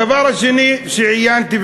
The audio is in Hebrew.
הדבר השני שראיתי כשעיינתי,